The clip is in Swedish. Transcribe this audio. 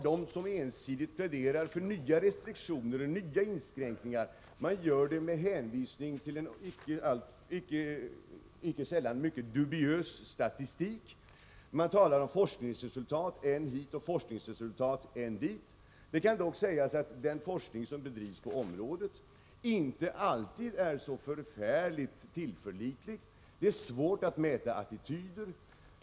De som ensidigt pläderar för nya restriktioner och nya inskränkningar gör det ofta med hänvisning till en icke sällan mycket dubiös statistik. Man talar om forskningsresultat än hit och än dit. Det kan dock sägas att den forskning som bedrivs på området inte alltid är så förfärligt tillförlitlig. Det är svårt att mäta attityder.